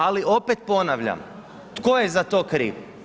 Ali opet ponavljam, tko je za to kriv?